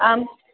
आम्